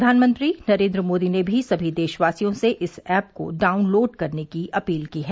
प्रधानमंत्री नरेंद्र मोदी ने भी सभी देशवासियों से इस ऐप को डाउनलोड करने की अपील की है